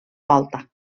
volta